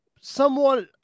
somewhat